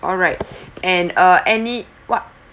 alright and uh any what